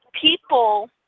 people